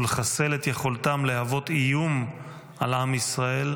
ולחסל את יכולתם להוות איום על עם ישראל,